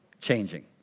changing